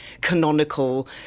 canonical